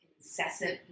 incessant